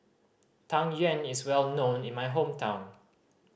Tang Yuen is well known in my hometown